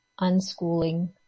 unschooling